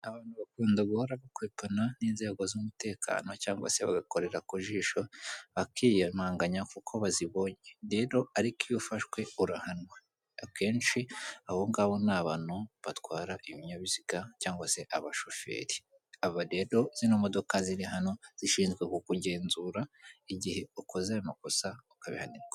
Abantu bakunda guhora bakwepana n'inzego z'umutekano cyangwa se bagakorera ku jisho, bakiyumanganya kuko bazibonye. Rero ariko iyo ufashwe urahanwa. Akenshi abo ngabo ni abantu, batwara ibinyabiziga cyangwa se abashoferi. Aba rero zino modoka ziri hano, zishinzwe kugenzura igihe ukoze ayo makosa ukabihanirwa.